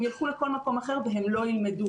הם ילכו לכל מקום אחר והם לא ילמדו